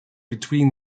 between